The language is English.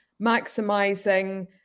maximising